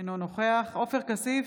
אינו נוכח עופר כסיף,